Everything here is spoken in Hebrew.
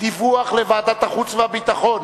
דיווח לוועדת החוץ והביטחון